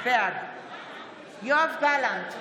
בעד יואב גלנט,